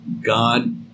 God